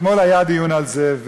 ואתמול היה דיון על זה.